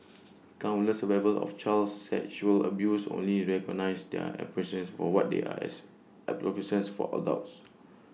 countless survivors of child sexual abuse only recognise their experiences for what they are as adolescents for adults